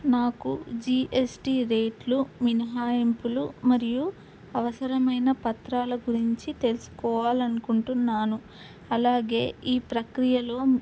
నాకు జిఎస్టి రేట్లు మినహాయింపులు మరియు అవసరమైన పత్రాల గురించి తెలుసుకోవాలనుకుంటున్నాను అలాగే ఈ ప్రక్రియలో